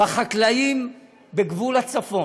בחקלאים בגבול הצפון,